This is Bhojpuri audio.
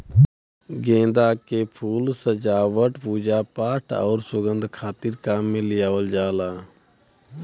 गेंदा के फूल सजावट, पूजापाठ आउर सुंगध खातिर काम में लियावल जाला